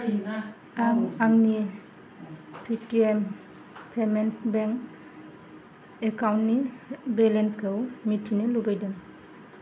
आं आंनि Paytm payments bank एकाउन्टनि बेलेन्सखौ मिथिनो लुबैदों